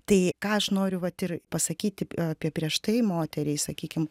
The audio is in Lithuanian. tai ką aš noriu vat ir pasakyti apie prieš tai moteriai sakykim